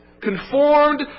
Conformed